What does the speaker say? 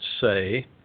say